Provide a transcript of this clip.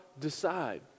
decide